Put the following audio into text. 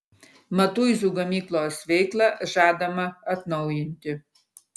matuizų gamyklos veiklą žadama atnaujinti